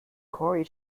quarry